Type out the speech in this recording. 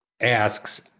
asks